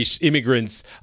immigrants